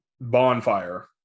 bonfire